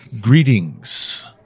Greetings